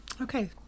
Okay